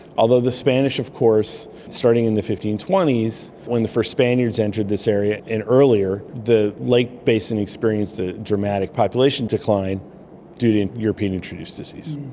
although the spanish of course starting in the fifteen twenty s when the first spaniards entered this area and earlier, the lake basin experienced a dramatic population decline due to european introduced disease.